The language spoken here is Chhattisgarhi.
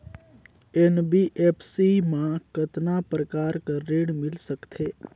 एन.बी.एफ.सी मा कतना प्रकार कर ऋण मिल सकथे?